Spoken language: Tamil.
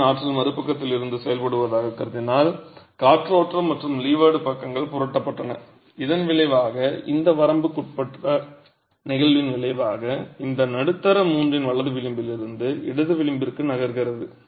காற்றின் ஆற்றல் மறுபக்கத்தில் இருந்து செயல்படுவதாகக் கருதினால் காற்றோட்டம் மற்றும் லீவர்ட் பக்கங்கள் புரட்டப்பட்டன இதன் விளைவாக இந்த வரம்புக்குட்பட்ட நிகழ்வின் விளைவாக இந்த நடுத்தர மூன்றின் வலது விளிம்பிலிருந்து இடது விளிம்பிற்கு நகர்கிறது